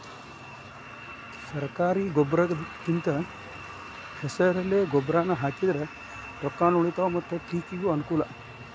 ಸರ್ಕಾರಿ ಗೊಬ್ರಕಿಂದ ಹೆಸರೆಲೆ ಗೊಬ್ರಾನಾ ಹಾಕಿದ್ರ ರೊಕ್ಕಾನು ಉಳಿತಾವ ಮತ್ತ ಪಿಕಿಗೂ ಅನ್ನಕೂಲ